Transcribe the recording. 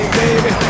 baby